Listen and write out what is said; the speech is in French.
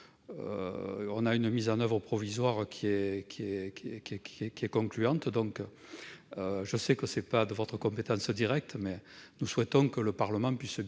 la mise en oeuvre provisoire est concluante. Je sais que cela ne relève pas de votre compétence directe, mais nous souhaitons que le Parlement puisse